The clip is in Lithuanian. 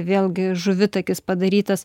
vėlgi žuvitakis padarytas